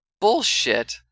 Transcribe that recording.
Bullshit